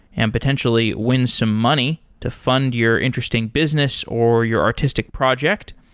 and potentially win some money to fund your interesting business or your artistic project.